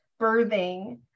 birthing